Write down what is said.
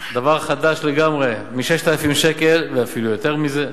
דבר חדש לגמרי, מ-6,000 שקל ואפילו יותר מזה.